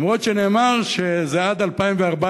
למרות שנאמר שזה עד 2014,